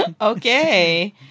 Okay